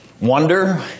wonder